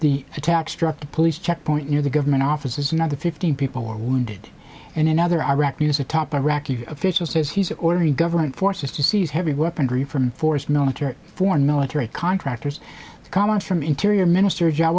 the attack struck the police checkpoint near the government offices another fifteen people were wounded in another iraq news a top iraqi official says he's already government forces to seize heavy weaponry from forced military foreign military contractors comments from interior minister job